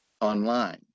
online